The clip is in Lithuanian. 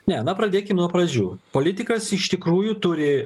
ne na pradėkim nuo pradžių politikas iš tikrųjų turi